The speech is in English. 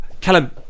Callum